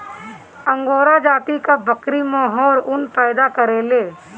angora जाति कअ बकरी मोहेर ऊन पैदा करेले